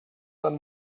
dann